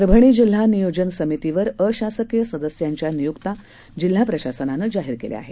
परभणी जिल्हा नियोजन समितीवर अशासकीय सदस्यांच्या नियुक्त्या जिल्हा प्रशासनानं जाहीर केल्या आहेत